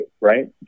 right